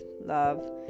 love